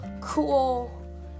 cool